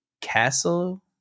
castle